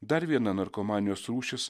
dar viena narkomanijos rūšis